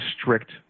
strict